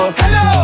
hello